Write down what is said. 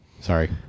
Sorry